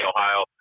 Ohio